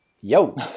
Yo